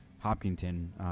Hopkinton